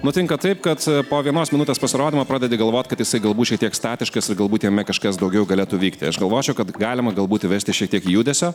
nutinka taip kad po vienos minutės pasirodymo pradedi galvot kad jisai galbūt šiek tiek statiškas ir galbūt jame kažkas daugiau galėtų vykti aš galvočiau kad galima galbūt įvesti šiek tiek judesio